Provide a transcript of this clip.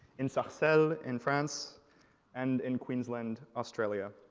in saxel, in france and in queensland australia.